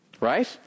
right